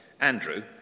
Andrew